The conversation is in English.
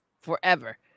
forever